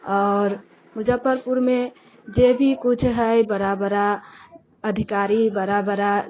आओर मुजफ्फरपुरमे जे भी कुछ हय बड़ा बड़ा अधिकारी बड़ा बड़ा